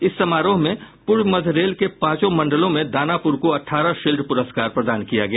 इस समारोह में पूर्व मध्य रेल के पांचों मंडलों में दानापुर को अठारह शिल्ड पुरस्कार प्रदान किया गया